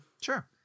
Sure